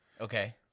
okay